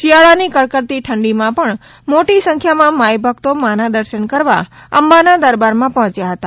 શિયાળાની કડકડતી ઠંડીમાં પણ મોટી સંખ્યામાં માઇ ભકતો માના દર્શન કરવા અંબાના દરબારમાં પહોંચ્યા હતા